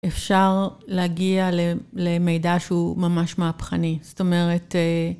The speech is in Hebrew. אפשר להגיע למידע שהוא ממש מהפכני. זאת אומרת...